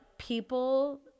People